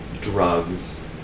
drugs